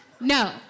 no